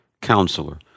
Counselor